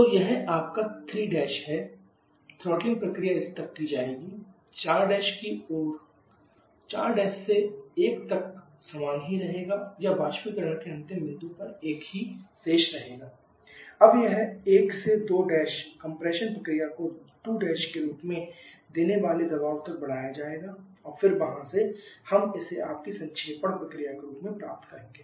तो यह आपका 3 है थ्रॉटलिंग प्रक्रिया इस तक जाएगी 4 की ओर 4 से 1 तक समान ही रहेगा या वाष्पीकरण के अंतिम बिंदु पर एक ही शेष रहेगा अब यह 1 से 2 कम्प्रेशन प्रक्रिया को 2 के रूप में देने वाले दबाव तक बढ़ाया जाएगा और फिर वहाँ से हम इसे आपकी संक्षेपण प्रक्रिया के रूप में प्राप्त करेंगे